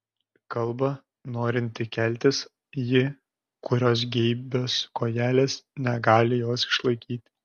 kalba norinti keltis ji kurios geibios kojelės negali jos išlaikyti